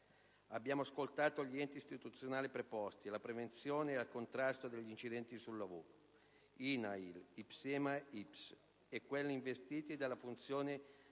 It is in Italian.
Abbiamo ascoltato gli enti istituzionali preposti alla prevenzione ed al contrasto degli incidenti sul lavoro (INAIL, IPSEMA, ISPELS) e quelli investiti della funzione di